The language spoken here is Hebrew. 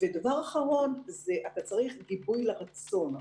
דבר אחרון הוא שאתה צריך גיבוי לרצון.